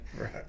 Right